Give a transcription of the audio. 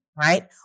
right